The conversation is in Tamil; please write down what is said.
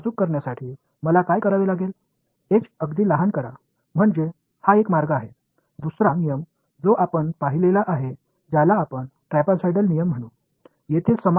H ஐ மிகச் சிறியதாக ஆக்குவது அதைச் செய்வதற்கான ஒரு வழி நீங்கள் பார்த்த இரண்டாவது விதியை ட்ராபிஸோடியல் விதி என்று அழைப்போம்